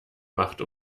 macht